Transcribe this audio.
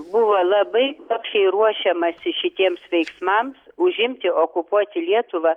buvo labai kruopščiai ruošiamasi šitiems veiksmams užimti okupuoti lietuvą